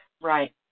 right